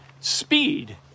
Speed